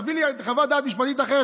תביא לי חוות דעת משפטית אחרת,